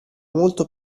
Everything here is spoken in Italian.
molto